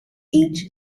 each